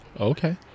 Okay